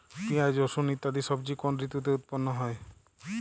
পিঁয়াজ রসুন ইত্যাদি সবজি কোন ঋতুতে উৎপন্ন হয়?